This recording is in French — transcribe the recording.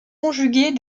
conjuguées